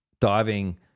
diving